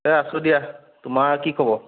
এই আছোঁ দিয়া তোমাৰ কি খবৰ